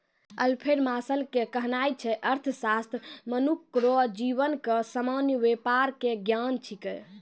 Alfred Marshall के कहनाय छै अर्थशास्त्र मनुख रो जीवन के सामान्य वेपार के ज्ञान छिकै